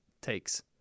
takes